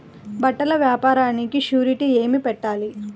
బట్టల వ్యాపారానికి షూరిటీ ఏమి పెట్టాలి?